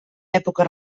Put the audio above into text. èpoques